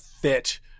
fit